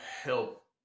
help